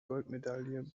goldmedaille